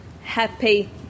happy